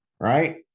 right